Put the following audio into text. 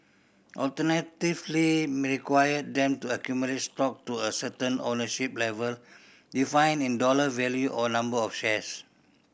alternatively mini require them to accumulate stock to a certain ownership level defined in dollar value or number of shares